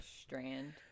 strand